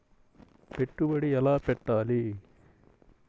పెట్టుబడి ఎలా పెట్టాలి?